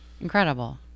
Incredible